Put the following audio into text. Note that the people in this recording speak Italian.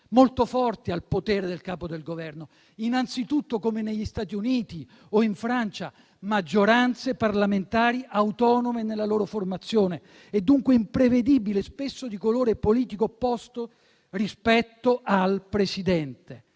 molto forti al potere del Capo del Governo, innanzitutto (come negli Stati Uniti e in Francia) maggioranze parlamentari autonome nella loro formazione e dunque imprevedibile, spesso di colore politico opposto rispetto al Presidente.